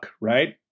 right